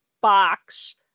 box